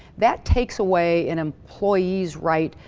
that takes away an employees right,